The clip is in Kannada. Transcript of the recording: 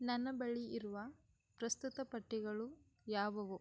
ನನ್ನ ಬಳಿ ಇರುವ ಪ್ರಸ್ತುತ ಪಟ್ಟಿಗಳು ಯಾವುವು